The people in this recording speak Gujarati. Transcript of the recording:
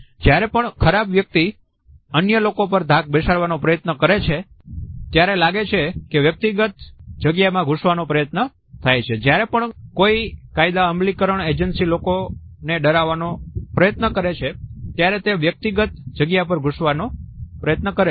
જ્યારે પણ ખરાબ વ્યક્તિ અન્ય લોકો પર ધાક બેસાડવા નો પ્રયત્ન કરે છે ત્યારે લાગે છે કે વ્યક્તિગત જગ્યામાં ઘૂસવાનો પ્રયત્ન થાય છે જ્યારે પણ કોઈ કાયદા અમલીકરણ એજન્સી લોકોને ડરાવવા માંગે છે ત્યારે તે વ્યક્તિગત જગ્યા પર ઘૂસવાનો પ્રયત્ન કરે છે